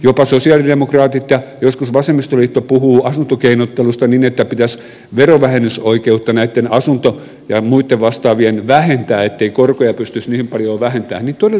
jopa sosialidemokraatit ja joskus vasemmistoliitto puhuu asuntokeinottelusta niin että pitäisi verovähennysoikeutta näitten asuntolainojen ja muitten vastaavien suhteen vähentää ettei korkoja pystyisi niin paljon vähentämään ja todellisuudessa hekin ovat